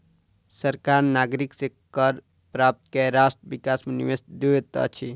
सरकार नागरिक से कर प्राप्त कय राष्ट्र विकास मे निवेश दैत अछि